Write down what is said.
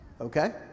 okay